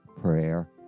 prayer